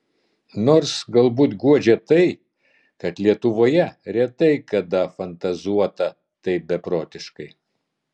nors galbūt guodžia tai kad lietuvoje retai kada fantazuota taip beprotiškai